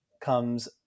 comes